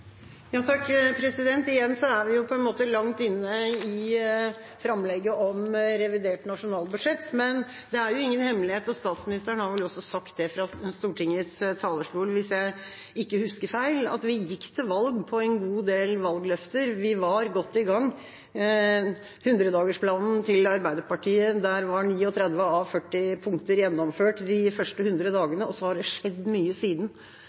framlegget om revidert nasjonalbudsjett, men det er ingen hemmelighet – og statsministeren har vel også sagt det fra Stortingets talerstol, hvis jeg ikke husker feil – at vi gikk til valg på en god del valgløfter. Vi var godt i gang med 100-dagersplanen til Arbeiderpartiet, der var 39 av 40 punkter gjennomført de første 100 dagene. Så har det skjedd mye siden